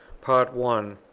part one,